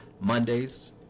Mondays